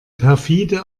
perfide